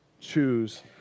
choose